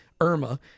Irma